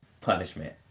punishment